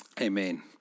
amen